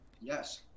Yes